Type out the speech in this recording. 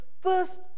first